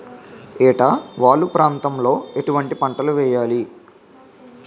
ఏటా వాలు ప్రాంతం లో ఎటువంటి పంటలు వేయాలి?